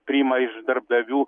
priima iš darbdavių